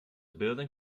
building